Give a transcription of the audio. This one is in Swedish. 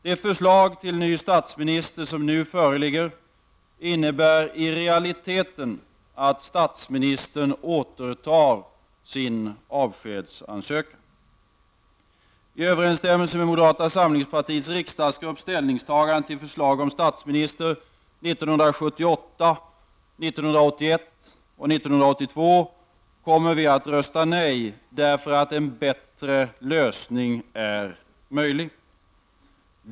Det förslag till ny statsminister som nu föreligger innebär i realiteten att statsministern återtar sin avskedsansökan. I överensstämmelse med moderata samlingspartiets riksdagsgrupps ställningstagande till förslaget till statsminister 1978, 1981 och 1982 kommer vi att rösta nej, därför att en bättre lösning är möjlig.